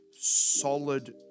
solid